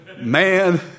Man